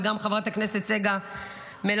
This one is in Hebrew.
וגם חברת הכנסת צגה מלקו.